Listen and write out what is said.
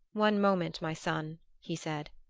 one moment, my son, he said.